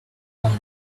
one